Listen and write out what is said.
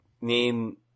Name